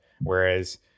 Whereas